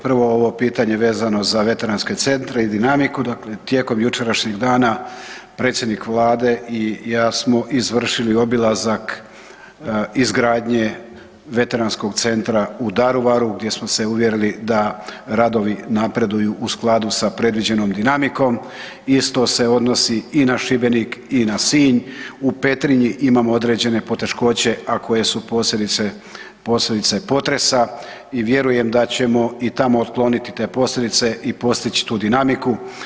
Prvo ovo pitanje vezano za veteranske centre i dinamiku, dakle tijekom jučerašnjeg dana, predsjednik Vlade i ja smo izvršili obilazak izgradnje veteranskog centra u Daruvaru gdje smo se uvjerili da radovi napreduju u skladu sa predviđenom dinamikom, isto se odnosi i na Šibenik i na Sinj, u Petrinji imamo određene poteškoće a koje su posljedice potresa i vjerujem da ćemo i tamo otkloniti te posljedice i postići tu dinamiku.